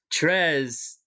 trez